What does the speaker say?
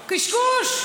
קשקוש.